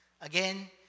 Again